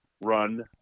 run